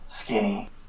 skinny